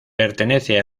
pertenece